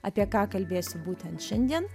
apie ką kalbėsiu būtent šiandien